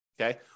Okay